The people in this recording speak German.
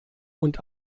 und